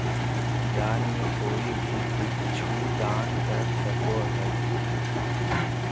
दान में कोई भी कुछु दान कर सको हइ